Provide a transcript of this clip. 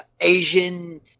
Asian